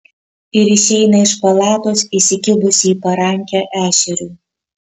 ir išeina iš palatos įsikibusi į parankę ešeriui